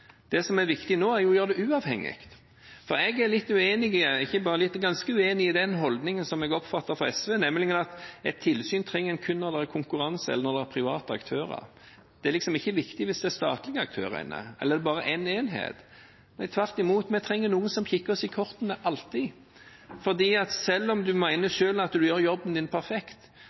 Det som er viktig nå, er å gjøre det uavhengig. Jeg er ganske uenig i den holdningen som jeg oppfatter at SV har, nemlig at et tilsyn trenger man kun når det er konkurranse, eller når det er private aktører, at det ikke er viktig når det er statlige aktører inne, eller når det er bare én enhet. Tvert imot, vi trenger noen som kikker oss i kortene alltid, for selv om man mener selv at man gjør jobben sin perfekt,